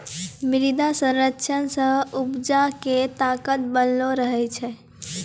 मृदा संरक्षण से उपजा के ताकत बनलो रहै छै